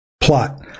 Plot